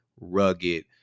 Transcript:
rugged